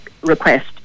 request